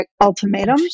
ultimatum